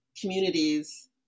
communities